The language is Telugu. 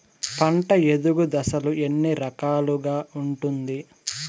పంట ఎదుగు దశలు ఎన్ని రకాలుగా ఉంటుంది?